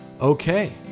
Okay